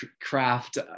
Craft